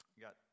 Got